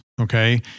okay